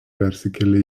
persikėlė